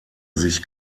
sich